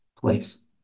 place